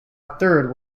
third